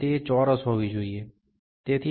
તે ચોરસ હોવી જોઈએ